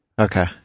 okay